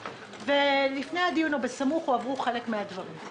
לפני הדיון ובסמוך עבר חלק מהסכום,